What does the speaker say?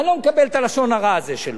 אני לא מקבל את לשון הרע הזה שלו.